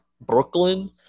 Brooklyn